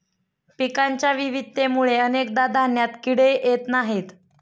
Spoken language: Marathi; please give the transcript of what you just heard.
पिकांच्या विविधतेमुळे अनेकदा धान्यात किडे येत नाहीत